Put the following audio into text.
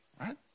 right